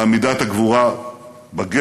לעמידת הגבורה בגטו.